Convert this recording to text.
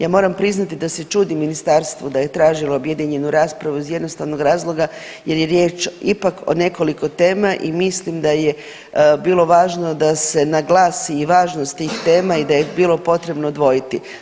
Ja moram priznati da se čudim ministarstvu da je tražilo objedinjenju raspravu iz jednostavnog razloga jer je riječ ipak o nekoliko tema i mislim da je bilo važno da se naglasi i važnost tih tema i da ih je bilo potrebno odvojiti.